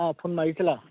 অঁ ফোন মাৰিছিলা